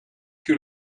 que